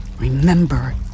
Remember